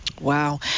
wow